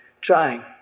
trying